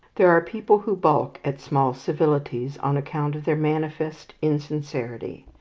there are people who balk at small civilities on account of their manifest insincerity.